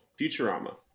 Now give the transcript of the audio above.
futurama